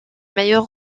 meilleur